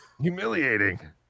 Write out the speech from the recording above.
humiliating